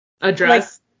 address